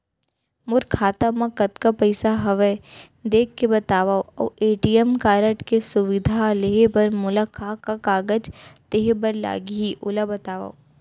मोर खाता मा कतका पइसा हवये देख के बतावव अऊ ए.टी.एम कारड के सुविधा लेहे बर मोला का का कागज देहे बर लागही ओला बतावव?